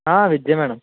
veg ఏ madam